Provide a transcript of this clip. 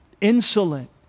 insolent